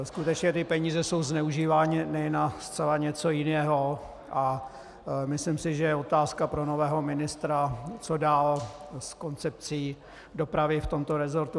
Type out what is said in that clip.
Skutečně peníze jsou zneužívány na zcela něco jiného a myslím si, že je otázka pro nového ministra, co dál se koncepcí dopravy v tomto resortu.